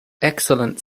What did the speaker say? excellent